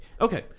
Okay